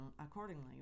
accordingly